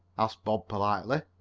asked bob politely.